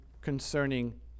concerning